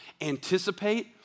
anticipate